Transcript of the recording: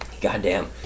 Goddamn